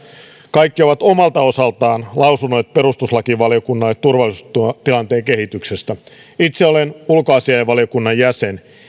kaikki ovat omalta osaltaan lausuneet perustuslakivaliokunnalle turvallisuustilanteen kehityksestä itse olen ulkoasiainvaliokunnan jäsen